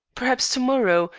perhaps to-morrow,